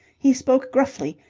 he spoke gruffly,